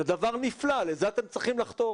זה דבר נפלא ולזה אתם צריכים לחתור.